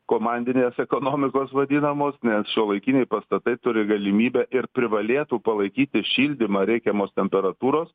komandinės ekonomikos vadinamos nes šiuolaikiniai pastatai turi galimybę ir privalėtų palaikyti šildymą reikiamos temperatūros